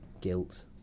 guilt